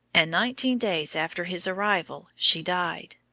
and nineteen days after his arrival she died.